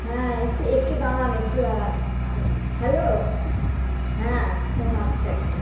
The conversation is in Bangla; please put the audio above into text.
হ্যাঁ একটু একটু দাঁড়ান একটু দাঁড়ান হ্যালো হ্যাঁ ফোন আসছে একটা